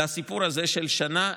לסיפור הזה של שנה,